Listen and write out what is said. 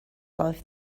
life